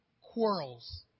quarrels